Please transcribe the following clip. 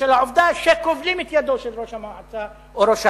בשל העובדה שכובלים את ידו של ראש המועצה או ראש העיר,